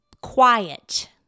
quiet